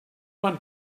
one